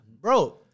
bro